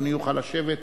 אדוני יוכל לשבת